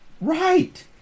Right